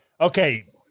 Okay